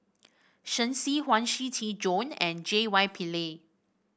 Shen Xi Huang Shiqi Joan and J Y Pillay